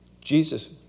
Jesus